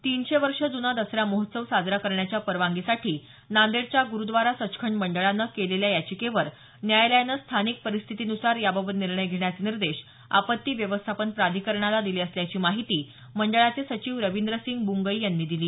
तीनशे वर्ष जुना दसरा महोत्सव साजरा करण्याच्या परवानगीसाठी नांदेडच्या गुरुद्वारा सचखंड मंडळानं केलेल्या याचिकेवर न्यायालयानं स्थानिक परिस्थितीन्सार याबाबत निर्णय घेण्याचे निर्देश आपत्ती व्यवस्थापन प्राधिकरणाला दिले असल्याची माहिती मंडळाचे सचिव रविंद्रसिंग ब्रंगई यांनी दिली